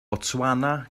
botswana